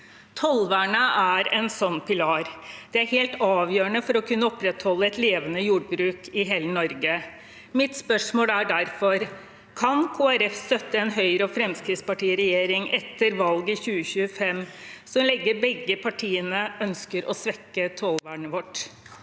Tollvernet er en sånn pilar. Det er helt avgjørende for å kunne opprettholde et levende jordbruk i hele Norge. Mitt spørsmål er derfor: Kan Kristelig Folkeparti støtte en Høyre–Fremskrittsparti-regjering etter valget i 2025, så lenge begge partiene ønsker å svekke tollvernet vårt?